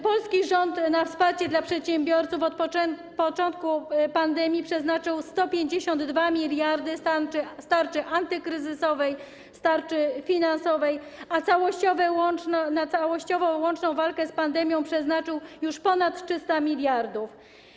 Polski rząd na wsparcie dla przedsiębiorców od początku pandemii przeznaczył 152 mld z tarczy antykryzysowej, z tarczy finansowej, a na całościową, łączną walkę z pandemią przeznaczył już ponad 300 mld.